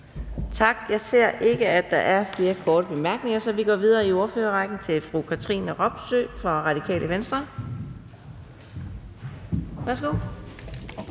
Tak. Jeg ser ikke, at der er flere korte bemærkninger. Så vi går videre i ordførerrækken til fru Katrine Robsøe fra Radikale Venstre. Værsgo.